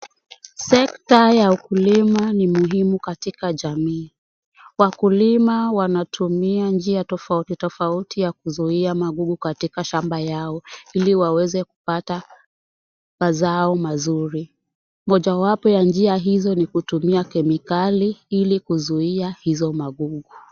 Sekta ya ukulima ni muhimu katika jamii. Wakulima wanatumua njia tofauti tofauti ya kuzuia magugu katika shamba yao ili waweze kupata mazao mazuri. Moja wapo ya njia hizo ni kutumia kemikali ili kuzuia hizo magugu.